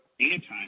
anti